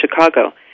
Chicago